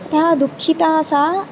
अतः दुःखिता सा